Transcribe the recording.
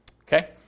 Okay